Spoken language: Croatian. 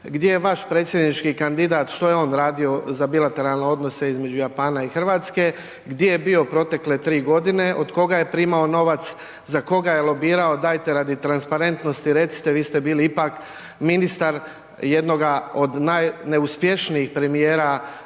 gdje je vaš predsjednički kandidat, što je on radio za bilateralne odnose između Japana i Hrvatske, gdje je bio protekle tri godine, od koga je primao novac, za koja je lobirao? Dajte radi transparentnosti recite, vi ste bili ipak ministar jednoga od najneuspješnijih premijera